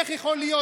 איך יכול להיות.